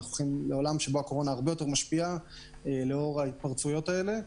אנחנו חיים בעולם שבו הקורונה הרבה יותר משפיעה לאור ההתפרצויות האלה.